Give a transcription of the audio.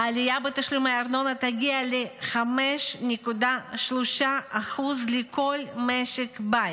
העלייה בתשלומי הארנונה תגיע ל-5.3% לכל משק בית,